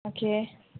okay